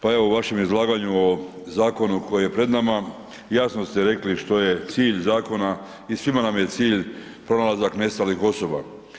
Pa evo u vašem izlaganju o zakonu koji je pred nama, jasno ste rekli što je cilj zakona i svima nam je cilj pronalazak nestalih osoba.